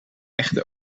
echte